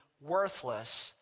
worthless